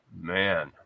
Man